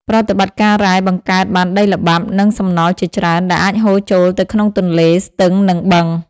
ប្រតិបត្តិការរ៉ែបង្កើតបានដីល្បាប់ និងសំណល់ជាច្រើន ដែលអាចហូរចូលទៅក្នុងទន្លេ ស្ទឹង និងបឹង ។